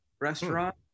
restaurant